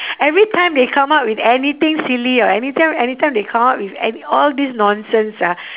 every time they come up with anything silly or anytime anytime they come up with an~ all this nonsense ah